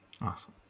Awesome